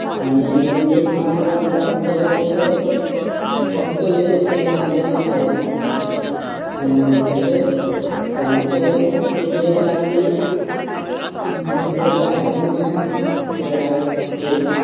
आनी एक माजर आमचें तें फक्त व्हेज तें नोन व्हेज खायना तशेंच आमचे कुत्री आसा ती दुसरे भायले मनशांक घरांत घेनात